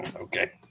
Okay